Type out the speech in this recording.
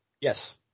Yes